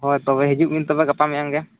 ᱦᱳᱭ ᱛᱚᱵᱮ ᱦᱤᱡᱩᱜᱵᱤᱱ ᱛᱚᱵᱮ ᱜᱟᱯᱟᱼᱢᱮᱭᱟᱝᱜᱮ